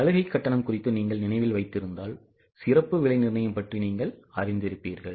சலுகை கட்டணம் குறித்து நீங்கள் நினைவில் வைத்திருந்தால் சிறப்பு விலை நிர்ணயம் பற்றி நீங்கள் அறிந்திருப்பீர்கள்